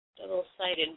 double-sided